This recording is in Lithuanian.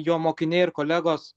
jo mokiniai ir kolegos